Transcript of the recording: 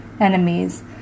enemies